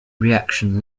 reaction